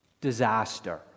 Disaster